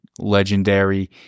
legendary